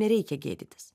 nereikia gėdytis